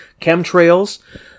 chemtrails